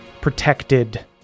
protected